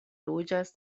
loĝas